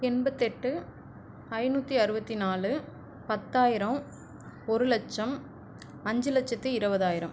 எண்பத்தெட்டு ஐநூற்றி அருபத்தி நாலு பத்தாயிரம் ஒரு லட்சம் அஞ்சு லட்சத்தி இருபதாயிரம்